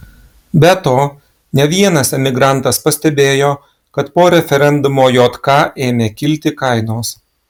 be to ne vienas emigrantas pastebėjo kad po referendumo jk ėmė kilti kainos